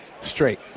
straight